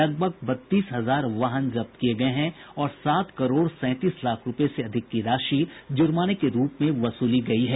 लगभग बत्तीस हजार वाहन जब्त किये गये हैं और सात करोड़ सैंतीस लाख रूपये से अधिक की राशि जुर्माने के रूप में वसूली गयी है